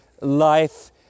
life